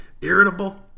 irritable